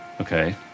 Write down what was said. Okay